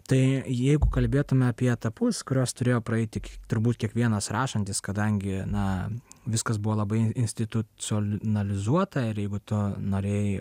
tai jeigu kalbėtume apie etapus kuriuos turėjo praeiti turbūt kiekvienas rašantis kadangi na viskas buvo labai institucionalizuota ir jeigu tu norėjai